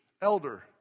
elder